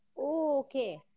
Okay